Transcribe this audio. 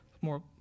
more